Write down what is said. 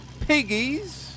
Piggies